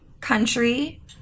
Country